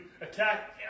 attack